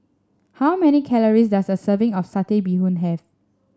how many calories does a serving of Satay Bee Hoon have